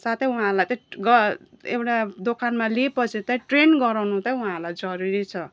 साथै उहाँहरूलाई चाहिँ ग एउटा दोकानमा लिएपछि चाहिँ ट्रेन गराउनु त उहाँहरूलाई चाहिँ जरुरी छ